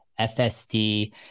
FSD